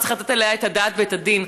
וצריך לתת עליה את הדעת ואת הדין,